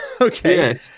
okay